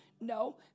No